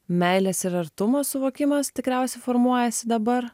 meilės ir artumo suvokimas tikriausiai formuojasi dabar